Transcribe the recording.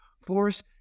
force